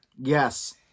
Yes